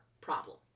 problem